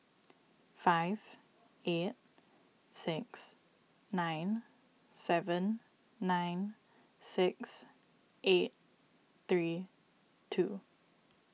five eight six nine seven nine six eight three two